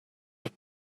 have